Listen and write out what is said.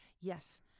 Yes